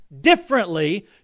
differently